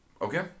Okay